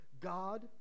God